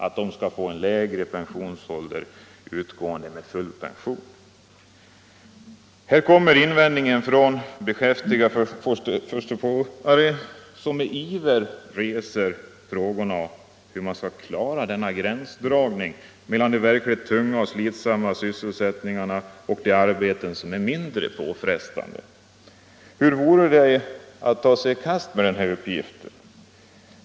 Här kommer invändningarna från beskäftiga förståsigpåare, som med iver reser frågan hur man skall klara denna gränsdragning mellan de verkligt tunga och slitsamma sysselsättningarna och de arbeten som är mindre påfrestande. Hur vore det att ge sig i kast med den uppgiften?